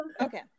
Okay